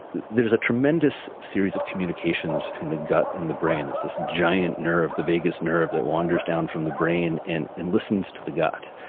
there's a tremendous series of communications from the gut and the brain. there's this giant nerve, the vagus nerve, that wanders down from the brain and and listens to the gut.